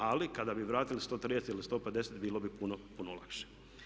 Ali kada bi vratili 130 ili 150 bilo bi puno, puno lakše.